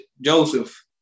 Joseph